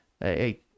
hey